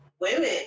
women